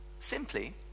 simply